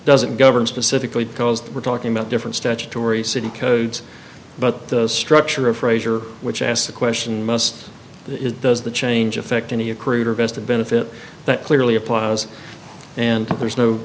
doesn't govern specifically because we're talking about different statutory city codes but the structure of frazier which asks the question must is does the change affect any accrued or vested benefit that clearly applies and there's no